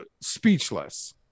speechless